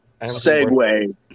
segue